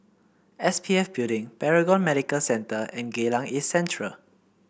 S P F Building Paragon Medical Centre and Geylang East Central